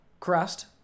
Crust